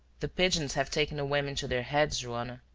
the pigeons have taken a whim into their heads, joanna.